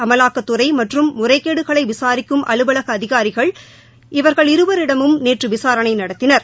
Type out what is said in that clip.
அமலாக்கத்துறை மற்றும் முறைகேடுகளை விசாரிக்கும் அலுவலக அதிகாரிகள இவர்கள் இருவரிடமும் நேற்று விசாரணை நடத்தினர்